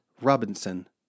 Robinson